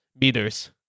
meters